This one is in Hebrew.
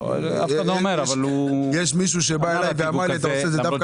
יש מישהו שבא ואמר לי: "אתה עושה את זה דווקא,